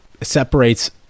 separates